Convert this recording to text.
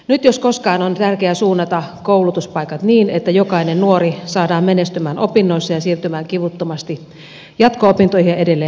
nyt jos koskaan on tärkeää suunnata koulutuspaikat niin että jokainen nuori saadaan menestymään opinnoissa ja siirtymään kivuttomasti jatko opintoihin ja edelleen työelämään